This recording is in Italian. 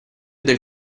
del